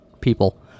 people